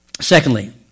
Secondly